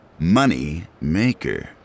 Moneymaker